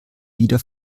wieder